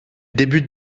débute